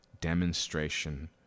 demonstration